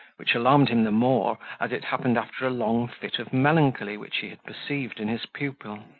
which alarmed him the more, as it happened after a long fit of melancholy which he had perceived in his pupil.